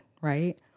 right